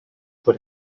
would